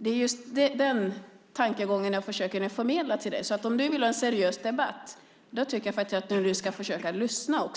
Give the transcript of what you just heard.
Det är just den tankegången jag försöker förmedla till dig. Om du vill ha en seriös debatt tycker jag att du också ska försöka lyssna.